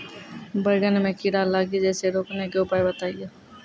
बैंगन मे कीड़ा लागि जैसे रोकने के उपाय बताइए?